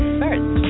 first